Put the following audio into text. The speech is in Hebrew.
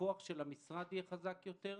הכוח של המשרד יהיה חזק יותר,